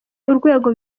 urwego